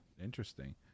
Interesting